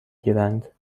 گیرند